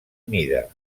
mida